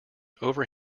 over